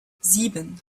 sieben